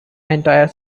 entire